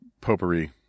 potpourri